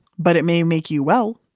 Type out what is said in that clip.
but it may make you well.